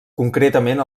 concretament